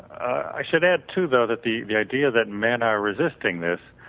i should add too though that the the idea that men are resisting this,